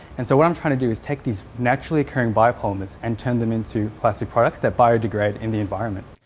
and so what i'm trying to do is take these naturally occurring biopolymers and turn them into plastic products that biodegrade in the environment.